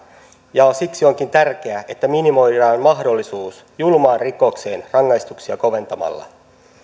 ja siksi onkin tärkeää että minimoidaan mahdollisuus julmaan rikokseen rangaistuksia koventamalla